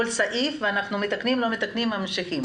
כל תקנה אם אנחנו מתקנים או לא מתקנים, ונמשיך.